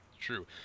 True